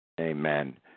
Amen